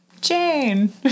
Jane